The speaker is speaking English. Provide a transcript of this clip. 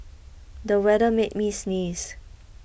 the weather made me sneeze